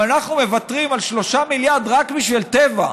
שאם אנחנו מוותרים על 3 מיליארד רק בשביל טבע,